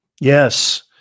Yes